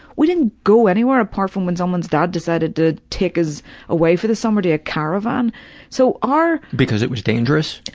we didn't go anywhere apart from when someone's dad decided to take us away for the summer to a caravan so, our pg because it was dangerous?